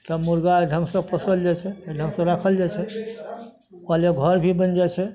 तऽ मुर्गा एहि ढङ्गसँ पोसल जाइत छै एहि ढङ्गसँ राखल जाइत छै ओकरा लिए घर भी बनि जाइत छै